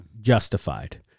justified